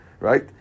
Right